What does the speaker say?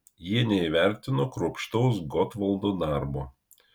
jie neįvertino kruopštaus gotvaldo darbo